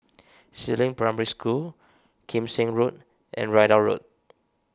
Si Ling Primary School Kim Seng Road and Ridout Road